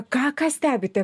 ką ką stebite